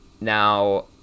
Now